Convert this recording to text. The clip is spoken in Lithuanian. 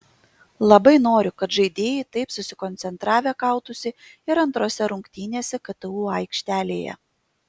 labai noriu kad žaidėjai taip susikoncentravę kautųsi ir antrose rungtynėse ktu aikštelėje